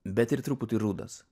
bet ir truputį rudas